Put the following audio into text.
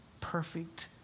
perfect